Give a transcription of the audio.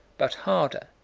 but harder,